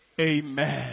Amen